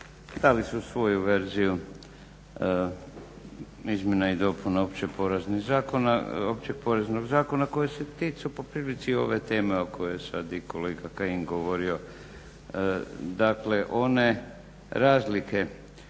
dali su svoju verziju izmjena i dopuna Općeg poreznog zakona koje se tiču po prilici ove teme o kojoj je sad i kolega Kajin govorio, dakle one razlike